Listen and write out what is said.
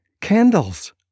candles